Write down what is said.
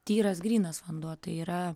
tyras grynas vanduo tai yra